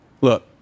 Look